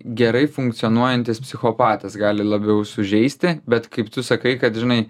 gerai funkcionuojantis psichopatas gali labiau sužeisti bet kaip tu sakai kad žinai